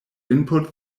input